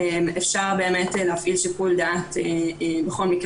אפשר באמת להפעיל שיקול דעת בכל מקרה